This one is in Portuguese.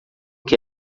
que